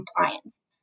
compliance